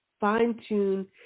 fine-tune